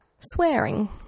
Swearing